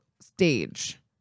stage